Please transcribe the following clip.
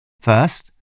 First